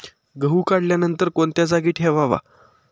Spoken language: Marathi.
गहू काढल्यानंतर कोणत्या जागी ठेवावा?